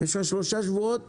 יש לך שלושה שבועות